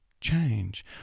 Change